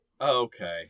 okay